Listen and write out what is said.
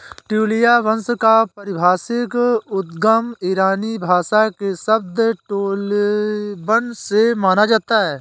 ट्यूलिया वंश का पारिभाषिक उद्गम ईरानी भाषा के शब्द टोलिबन से माना जाता है